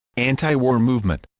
anti-war movement